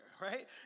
right